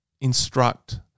instruct